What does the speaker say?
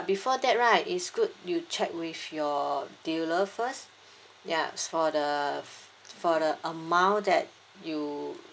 before that right it's good you check with your dealer first ya for the for the amount that you